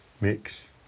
mix